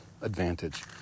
advantage